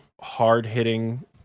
hard-hitting